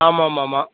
ஆமாம் ஆமாம் ஆமாம்